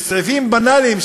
סעיפים בנאליים,